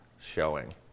showing